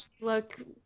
look